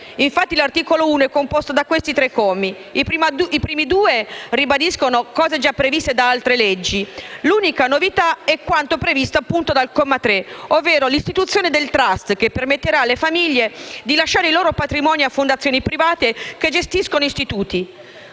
provvedimento è composto da tre commi: i primi due ribadiscono cose già previste da altre leggi e l'unica novità è quanto previsto dal comma 3, ovvero l'istituzione del *trust,* che permetterà alle famiglie di lasciare i loro patrimoni a fondazioni private che gestiscono istituti.